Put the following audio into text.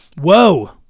whoa